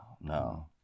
no